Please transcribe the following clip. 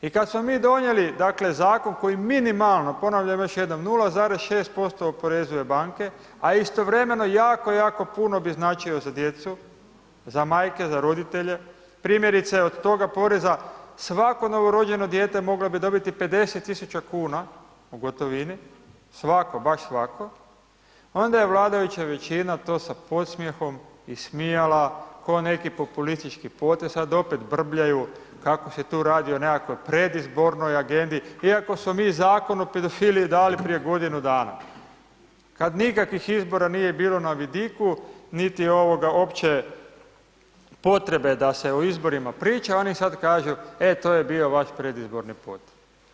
I kad smo mi donijeli, dakle, zakon koji minimalno, ponavljam još jednom 0,6% oporezuje banke, a istovremeno jako, jako puno bi značio za djecu, za majke, za roditelje, primjerice od toga poreza svako novorođeno dijete moglo bi dobiti 50.000,00 kn u gotovini, svako, baš svako, onda je vladajuća većina to sa podsmjehom ismijala ko neki populistički potez, sad opet brbljaju kako se tu radi o nekakvoj predizbornoj agendi iako smo mi Zakon o pedofiliji dali prije godinu dana, kad nikakvih izbora nije bilo na vidiku, niti opće potrebe da se o izborima priča, oni sad kažu, e to je bio vaš predizborni put.